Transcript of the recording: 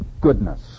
goodness